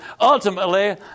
ultimately